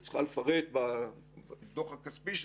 היא צריכה לפרט בדוח הכספי שלה,